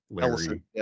ellison